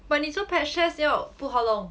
but 你做 patch test 要 put how long